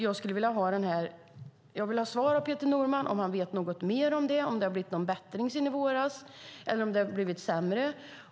Jag skulle vilja ha ett svar från Peter Norman om han vet något mer om detta och om det har blivit någon bättring sedan i våras, eller om det har blivit sämre.